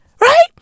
right